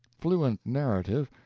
fluent narrative,